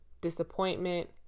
disappointment